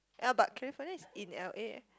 L but California is in L_A